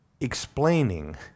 explaining